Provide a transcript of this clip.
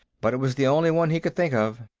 but it was the only one he could think of.